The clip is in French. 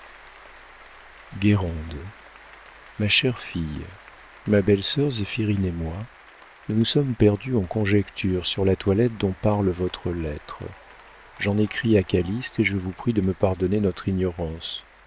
ma chère fille ma belle-sœur zéphirine et moi nous nous sommes perdues en conjectures sur la toilette dont parle votre lettre j'en écris à calyste et je vous prie de me pardonner notre ignorance